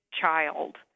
child